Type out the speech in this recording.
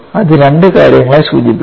അത് രണ്ട് കാര്യങ്ങളെ സൂചിപ്പിക്കുന്നു